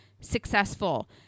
successful